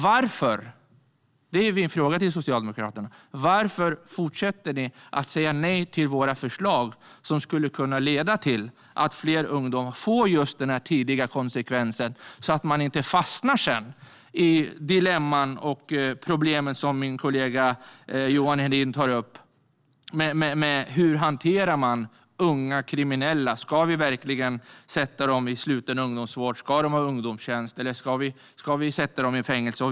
Min fråga till Socialdemokraterna är varför man fortsätter säga nej till våra förslag som skulle kunna leda till att fler ungdomar just får den tidiga konsekvensen och inte fastnar i dilemman och det problem som min kollega Johan Hedin tar upp. Hur hanterar man unga kriminella? Ska vi verkligen sätta dem i sluten ungdomsvård? Ska de ha ungdomstjänst? Ska vi sätta dem i fängelse?